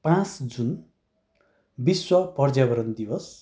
पाँच जुन विश्व पर्यावरण दिवस